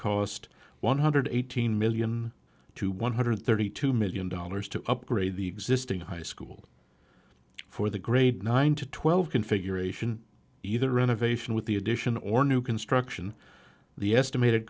cost one hundred eighteen million to one hundred thirty two million dollars to upgrade the existing high school for the grade nine to twelve configuration either renovation with the addition or new construction the estimated